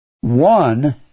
One